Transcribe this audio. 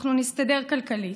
אנחנו נסתדר כלכלית.